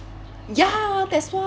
ya that's why